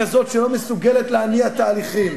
כזאת שלא מסוגלת להניע תהליכים.